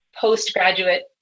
postgraduate